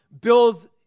builds